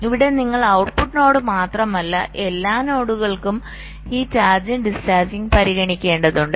ഇവിടെ നിങ്ങൾ output node മാത്രമല്ല എല്ലാ നോഡുകൾക്കും ഈ ചാർജിംഗ് ഡിസ്ചാർജിംഗ് പരിഗണിക്കേണ്ടതുണ്ട്